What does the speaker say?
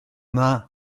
dda